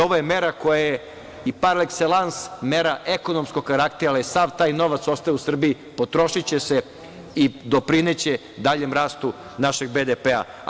Ovo je mera koja je i par ekselans mera ekonomskog karaktera, jer sav taj novac ostaje u Srbiji, potrošiće se i doprineće daljem rastu našeg BDP-a.